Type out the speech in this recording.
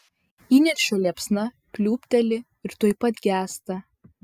įniršio liepsna pliūpteli ir tuoj pat gęsta